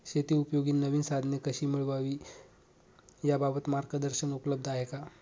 शेतीउपयोगी नवीन साधने कशी मिळवावी याबाबत मार्गदर्शन उपलब्ध आहे का?